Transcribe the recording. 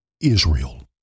Israel